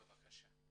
בבקשה.